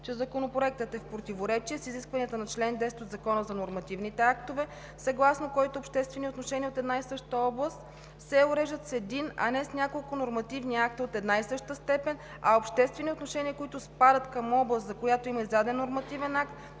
че Законопроектът е в противоречие с изискванията на чл. 10 от Закона за нормативните актове, съгласно който обществени отношения от една и съща област се уреждат с един, а не с няколко нормативни акта от една и съща степен, а обществени отношения, които спадат към област, за която има издаден нормативен акт,